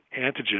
antigen